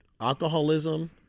alcoholism